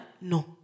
no